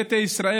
ביתא ישראל,